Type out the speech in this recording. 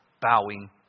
bowing